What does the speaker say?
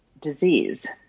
disease